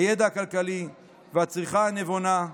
הידע הכלכלי והצריכה הנבונה,